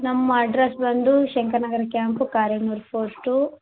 ನಮ್ಮ ಅಡ್ರಸ್ ಬಂದು Shankar Nagar camp Karignur post